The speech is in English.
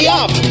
up